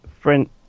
French